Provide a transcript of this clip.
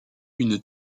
une